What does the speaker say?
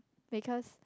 because